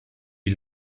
die